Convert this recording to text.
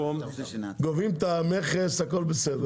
גובים את המכס, הכל בסדר.